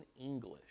english